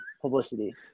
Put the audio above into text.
publicity